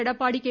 Edappadi K